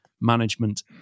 management